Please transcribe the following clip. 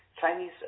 Chinese